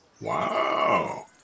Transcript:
Wow